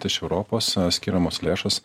tai iš europos skiriamos lėšos